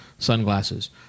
Sunglasses